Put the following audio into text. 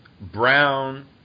brown